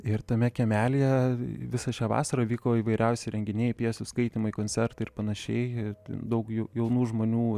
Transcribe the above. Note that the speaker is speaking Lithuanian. ir tame kiemelyje visą šią vasarą vyko įvairiausi renginiai pjesių skaitymai koncertai ir panašiai ir daug jau jaunų žmonių